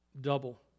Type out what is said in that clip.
double